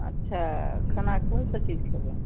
अच्छा खाना कोन सबचीज खयबै